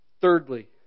Thirdly